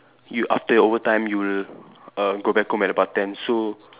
you after your overtime you will err go home about ten so